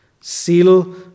Seal